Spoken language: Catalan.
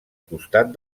costat